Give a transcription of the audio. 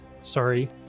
Sorry